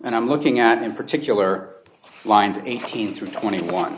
and i'm looking at in particular lines eighteen through twenty one